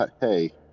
Hey